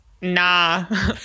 Nah